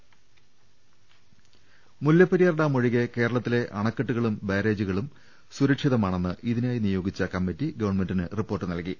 രുവെട്ടുമ Mullaperiyar dam ഒഴികെ കേരളത്തിലെ അണക്കെട്ടുകളും ബാരേജുകളും സുരക്ഷിതമാണെന്ന് ഇതിനായി നിയോഗിച്ച കമ്മിറ്റി ഗവൺമെന്റിന് റിപ്പോർട്ട് നൽകി